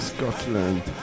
Scotland